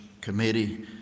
committee